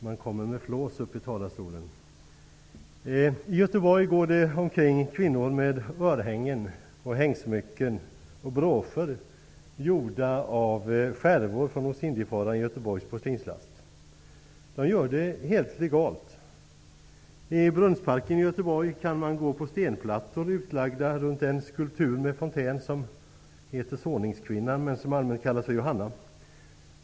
Herr talman! I Göteborg går det omkring kvinnor med örhängen, hängsmycken och broscher gjorda av skärvor från ostindiefararen Götheborgs porslinslast. De gör det helt legalt. I Brunnsparken i Göteborg kan man gå på stenplattor utlagda runt en skulptur med fontän som heter Såningskvinnan, men som allmänt kallas för Johanna.